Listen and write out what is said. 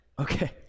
Okay